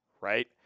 right